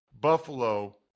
Buffalo